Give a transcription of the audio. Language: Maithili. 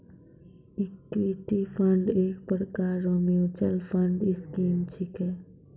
इक्विटी फंड एक प्रकार रो मिच्युअल फंड स्कीम छिकै